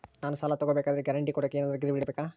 ನಾನು ಸಾಲ ತಗೋಬೇಕಾದರೆ ಗ್ಯಾರಂಟಿ ಕೊಡೋಕೆ ಏನಾದ್ರೂ ಗಿರಿವಿ ಇಡಬೇಕಾ?